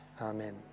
Amen